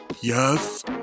Yes